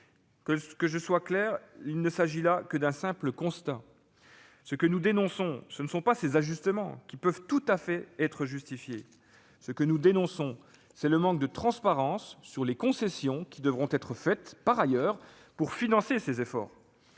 Soyons clairs, il s'agit d'un simple constat. Ce que nous dénonçons, ce ne sont pas ces ajustements, qui peuvent tout à fait être justifiés ; c'est le manque de transparence sur les concessions qui devront être faites par ailleurs pour financer ces efforts.